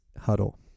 Huddle